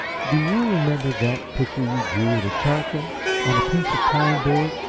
do you remember that picture you drew with charcoal on a piece of pine board?